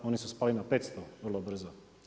Oni su spali na 500 vrlo brzo.